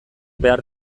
behar